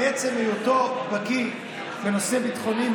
מעצם היותו בקי בנושאים ביטחוניים,